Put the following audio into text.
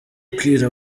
kwira